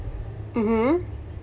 mmhmm